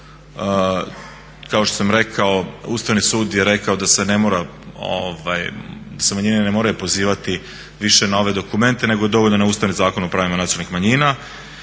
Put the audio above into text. kao što sam rekao Ustavni sud je rekao da se manjine ne moraju pozivati više na ove dokumente nego je dovoljno na Ustavni zakon o pravima nacionalnih manjina.